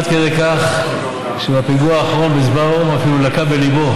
עד כדי כך שבפיגוע האחרון בסבארו הוא אפילו לקה בליבו.